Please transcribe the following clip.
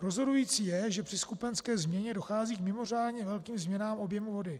Rozhodující je, že při skupenské změně dochází k mimořádně velkým změnám objemu vody.